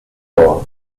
door